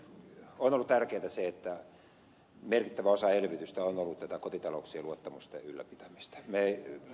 on ollut tärkeätä se että merkittävä osa elvytystä on ollut tätä kotitalouksien luottamuksen ylläpitämistä